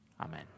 Amen